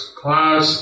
class